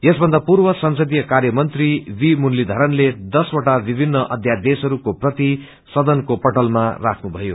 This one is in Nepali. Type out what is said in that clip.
यसभन्दा पूर्व संसदीय काव्रमंत्री वी मुरली धरनले दस वटा विभ्निन अध्यादेशहरूको प्रति सदनको पटलामा राखे